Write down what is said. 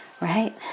right